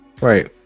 Right